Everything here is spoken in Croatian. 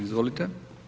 Izvolite.